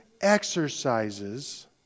exercises